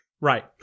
right